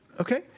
Okay